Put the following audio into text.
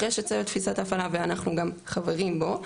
אחרי שצוות תפיסת ההפעלה ואנחנו גם חברים בו,